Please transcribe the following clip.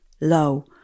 low